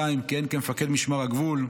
ל-2002 כיהן כמפקד משמר הגבול.